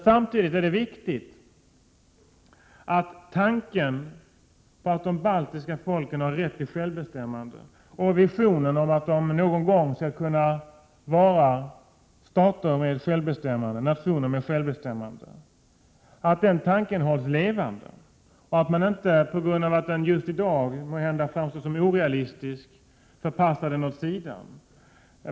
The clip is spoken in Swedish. Samtidigt är det viktigt att tanken på att de baltiska folken har rätt till självbestämmande och visionen av att de någon gång skall kunna vara nationer med självbestämmande hålls levande samt att den inte, på grund av att den just i dag måhända framstår som orealistisk, förpassas åt sidan.